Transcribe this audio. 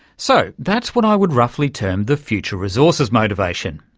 so that's what i would roughly term the future resources motivation.